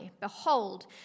Behold